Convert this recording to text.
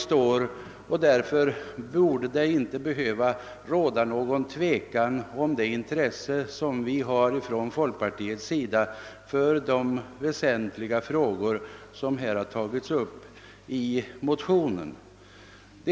Det behöver därför inte råda någon tvekan om det intresse som folkpartiet har för de väsentliga frågor som har tagits upp i motionsparet.